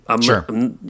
Sure